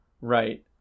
Right